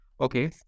Okay